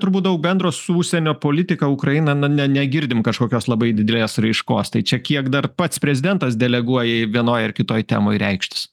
turbūt daug bendro su užsienio politika ukraina na ne negirdim kažkokios labai didelės raiškos tai čia kiek dar pats prezidentas deleguoja į vienoj ar kitoj temoj reikštis